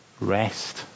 rest